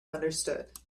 understood